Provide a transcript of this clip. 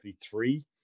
three